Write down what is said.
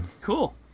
Cool